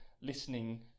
listening